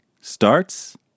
starts